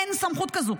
אין סמכות כזו.